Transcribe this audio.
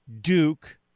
Duke